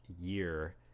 year